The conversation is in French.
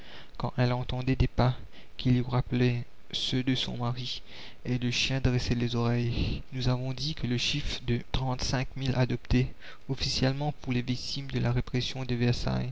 quand elle entendait des pas qui lui rappelaient ceux de son mari et le chien dressait les oreilles nous avons dit que le chiffre de trente-cinq mille adopté officiellement pour les victimes de la répression de